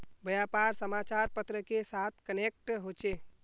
व्यापार समाचार पत्र के साथ कनेक्ट होचे?